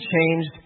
changed